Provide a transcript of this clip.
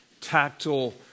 tactile